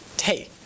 Hey